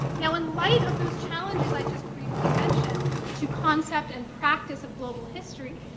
now, in light of those challenges i just briefly mentioned to concept and practice of global history,